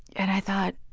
and i thought,